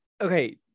okay